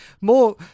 more